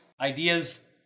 ideas